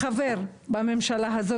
חבר כנסת בממשלה הזו,